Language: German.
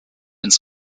ins